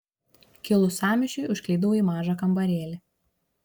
kilus sąmyšiui užklydau į mažą kambarėlį